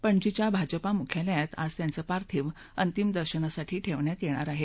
पणजीच्या भाजपा मुख्यालयात आज त्यांचं पार्थिव अंतिम दर्शनासाठी ठेवण्यात येणार आहे